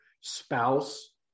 spouse